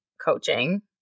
coaching